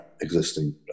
existing